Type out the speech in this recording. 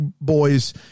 boys